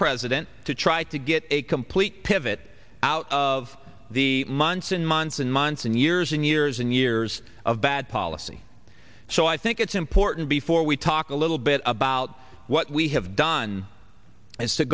president to try to get a complete pivot out of the months and months and months and years and years and years of bad policy so i think it's important before we talk a little bit about what we have done is to